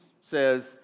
says